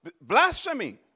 blasphemy